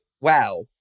Wow